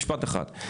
משפט אחד.